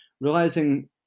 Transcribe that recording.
realizing